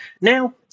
Now